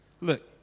look